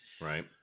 right